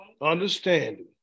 Understanding